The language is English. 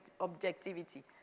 objectivity